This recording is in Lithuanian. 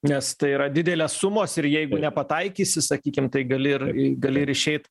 nes tai yra didelės sumos ir jeigu nepataikysi sakykim tai gali ir gali ir išeit